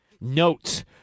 notes